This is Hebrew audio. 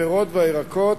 הפירות והירקות,